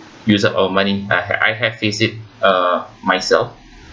use up our money I ha~ I have faced it uh myself